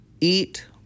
Eat